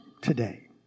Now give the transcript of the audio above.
today